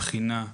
לבחינה